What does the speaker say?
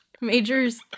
majors